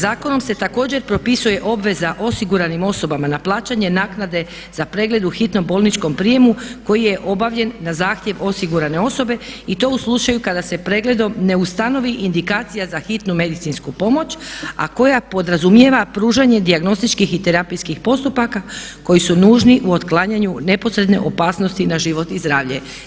Zakonom se također propisuje obveza osiguranim osobama na plaćanje naknade za pregled u hitnom bolničkom prijemu koji je obavljen na zahtjev osigurane osobe i to u slučaju kada se pregledom ne ustanovi indikacija za hitnu medicinsku pomoć, a koja podrazumijeva pružanje dijagnostičkih i terapijskih postupaka koji su nužni u otklanjanju neposredne opasnosti na život i zdravlje.